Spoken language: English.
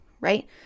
right